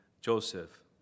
Joseph